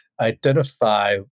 identify